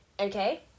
okay